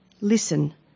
Listen